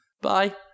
Bye